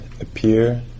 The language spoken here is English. appear